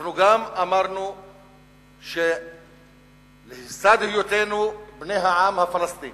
אנחנו גם אמרנו שלצד היותנו בני העם הפלסטיני